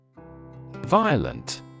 Violent